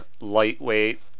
lightweight